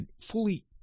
fully